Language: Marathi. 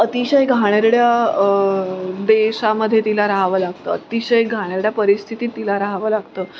अतिशय घाणेरड्या देशामध्ये तिला राहावं लागतं अतिशय घाणेरड्या परिस्थितीत तिला राहावं लागतं